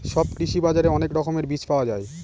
সব কৃষি বাজারে অনেক রকমের বীজ পাওয়া যায়